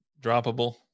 droppable